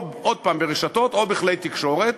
או עוד הפעם ברשתות או בכלי תקשורת,